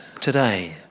today